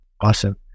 Awesome